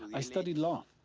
i studied law.